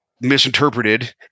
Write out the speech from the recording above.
misinterpreted